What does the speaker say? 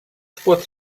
spur